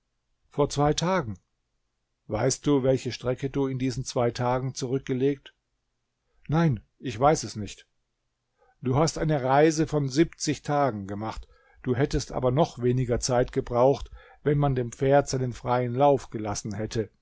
vor zwei tagen weißt du welche strecke du in diesen zwei tagen zurückgelegt nein ich weiß es nicht du hast eine reise von siebzig tagen gemacht du hättest aber noch weniger zeit gebraucht wenn man dem pferd seinen freien lauf gelassen hätte